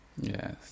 Yes